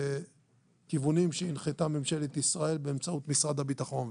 הכיוונים שהנחתה ממשלת ישראל באמצעות משרד הביטחון.